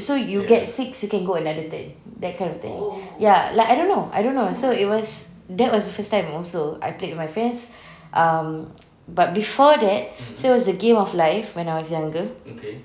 so you get six you can go another turn that kind of thing ya like I don't know I don't know so it was that was the first time also I played with my friends um but before that so there was the game of life when I was younger